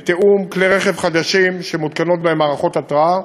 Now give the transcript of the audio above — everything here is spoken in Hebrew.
בתיאום, כלי רכב חדשים שמותקנות בהם מערכות התרעה,